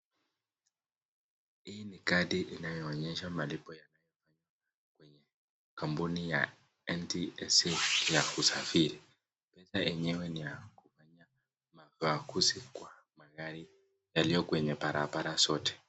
Hii ni kadi inayoonyesha malipo yanayofanywa kwenye kambuni ya NTSA ya kusafiri, pesa yenyewe ni ya kufanyia mapaguzi kwa magari yaliyo barabara zote.